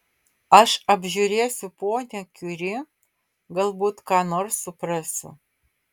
aš apžiūrėsiu ponią kiuri galbūt ką nors suprasiu